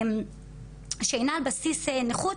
שאינה על בסיס נכות,